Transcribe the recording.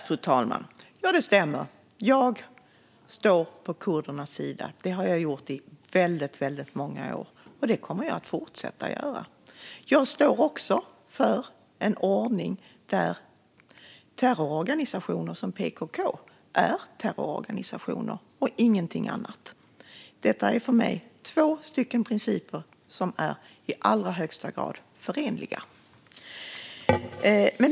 Fru talman! Det stämmer. Jag står på kurdernas sida. Det har jag gjort i väldigt många år, och det kommer jag att fortsätta göra. Jag står också för en ordning där terrororganisationer som PKK är terrororganisationer och ingenting annat. Detta är för mig två principer som är i allra högsta grad förenliga.